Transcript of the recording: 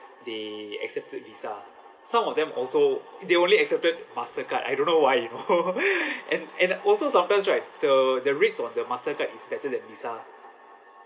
they accepted visa some of them also they only accepted mastercard I don't know why you know and and also sometimes right the the rates on the mastercard is better than visa